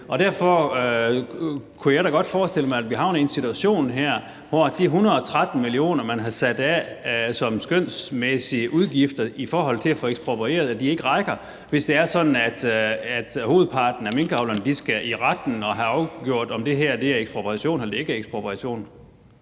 derfor kunne jeg da godt forestille mig, at vi havner i en situation her, hvor de 113 mio. kr., man har sat af til skønsmæssige udgifter i forhold til at få eksproprieret, ikke rækker, hvis det er sådan, at hovedparten af minkavlerne skal i retten og have afgjort, om det her er ekspropriation eller ikke er ekspropriation.